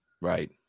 Right